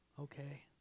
okay